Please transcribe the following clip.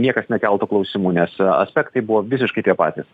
niekas nekeltų klausimų nes aspektai buvo visiškai tie patys